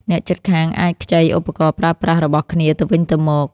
អ្នកជិតខាងអាចខ្ចីឧបករណ៍ប្រើប្រាស់របស់គ្នាទៅវិញទៅមក។